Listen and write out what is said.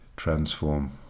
Transform